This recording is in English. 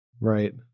Right